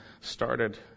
started